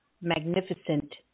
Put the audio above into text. magnificent